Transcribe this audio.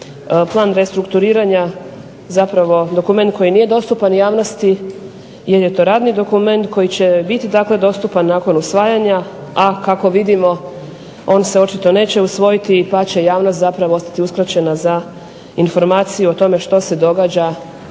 Plan restrukturiranja zapravo dokument koji nije dostupan javnosti jer je to radni dokument koji će biti dakle dostupan nakon usvajanja, a kako vidimo on se očito neće usvojiti pa će javnost zapravo ostati uskraćena za informaciju o tome što se događa